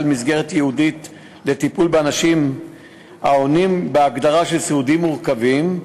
של מסגרת ייעודית לטיפול באנשים העונים להגדרה של "סיעודיים מורכבים",